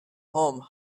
home